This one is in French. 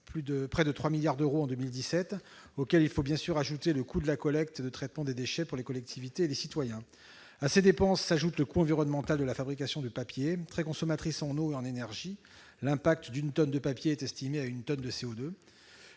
près de 3 milliards d'euros en 2017, auxquels il faut bien sûr ajouter le coût de collecte et de traitement des déchets pour les collectivités et les citoyens. À ces dépenses s'ajoute encore le coût environnemental de la fabrication de papier, très consommatrice en eau et en énergie : l'impact d'une tonne de papier est estimé à une tonne de CO2.